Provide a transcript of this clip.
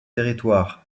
territoire